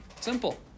Simple